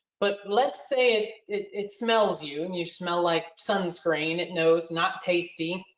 but let's say it it smells you and you smell like sunscreen. it knows not tasty,